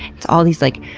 it's all these, like,